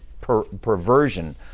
perversion